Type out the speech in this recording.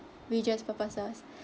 religious purposes